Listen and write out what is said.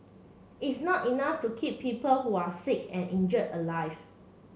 it's not enough to keep people who are sick and injured alive